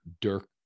Dirk